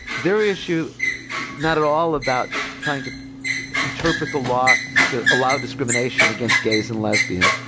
their issue is not at all about trying to interpret the law to allow discrimination against gays and lesbians.